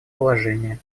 положения